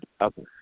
Okay